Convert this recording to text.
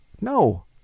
no